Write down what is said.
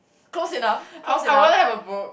close enough close enough